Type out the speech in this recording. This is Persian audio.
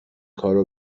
کارو